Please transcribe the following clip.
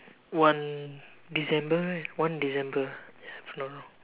one December right one December ya if I'm not wrong